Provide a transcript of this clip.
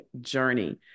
journey